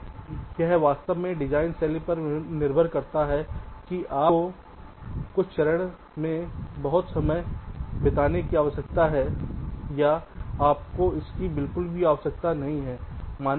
तो यह वास्तव में डिजाइन शैली पर निर्भर करता है कि क्या आपको कुछ चरणों में बहुत समय बिताने की आवश्यकता है या आपको इसकी बिल्कुल भी आवश्यकता नहीं है